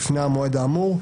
לפני המועד האמור,